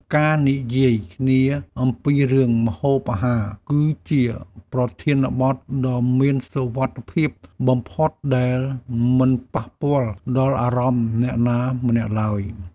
ការនិយាយគ្នាអំពីរឿងម្ហូបអាហារ គឺជាប្រធានបទដ៏មានសុវត្ថិភាពបំផុតដែលមិនប៉ះពាល់ដល់អារម្មណ៍អ្នកណាម្នាក់ឡើយ។